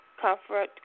comfort